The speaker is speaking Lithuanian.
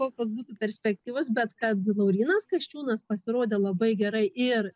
kokios būtų perspektyvos bet kad laurynas kasčiūnas pasirodė labai gerai ir